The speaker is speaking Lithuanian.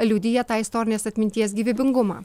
liudija tą istorinės atminties gyvybingumą